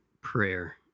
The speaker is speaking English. prayer